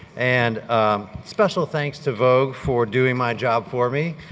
and special thanks to vogue for doing my job for me.